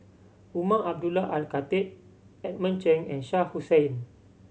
Umar Abdullah Al Khatib Edmund Cheng and Shah Hussain